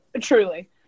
Truly